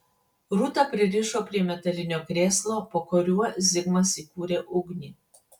rūtą pririšo prie metalinio krėslo po kuriuo zigmas įkūrė ugnį